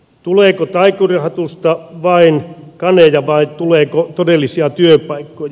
tuleeko taikurin hatusta vain kaneja vai tuleeko todellisia työpaikkoja